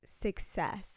success